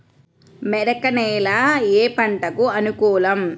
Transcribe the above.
మెరక నేల ఏ పంటకు అనుకూలం?